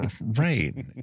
Right